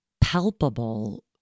palpable